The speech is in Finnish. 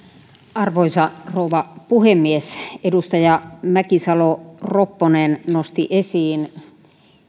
arvoisa rouva puhemies edustaja mäkisalo ropponen nosti esiin